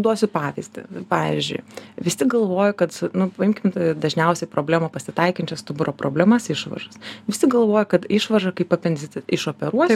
duosiu pavyzdį pavyzdžiui visi galvoja kad nu paimkim dažniausiai problemą pasitaikančią stuburo problemas išvaržas visi galvoja kad išvarža kaip apendicit išoperuos